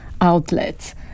outlets